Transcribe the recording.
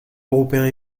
européens